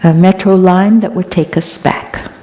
ah metro line that would take us back.